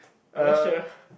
I'm not sure